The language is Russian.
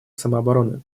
самообороны